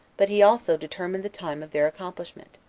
but he also determined the time of their accomplishment.